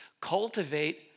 Cultivate